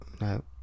no